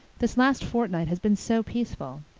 this last fortnight has been so peaceful,